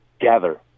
Gather